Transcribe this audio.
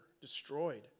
destroyed